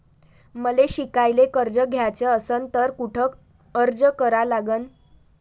मले शिकायले कर्ज घ्याच असन तर कुठ अर्ज करा लागन?